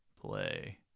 play